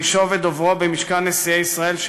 במשכן נשיאי ישראל,